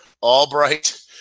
Albright